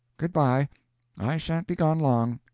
good-by i sha'n't be gone long.